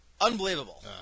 Unbelievable